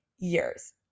years